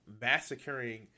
massacring